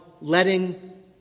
letting